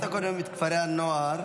הזכרת קודם את כפרי הנוער,